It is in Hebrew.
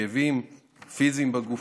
כאבים פיזיים בגוף,